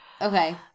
Okay